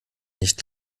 nicht